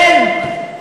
אין.